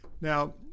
Now